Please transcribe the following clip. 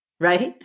right